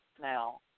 now